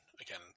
again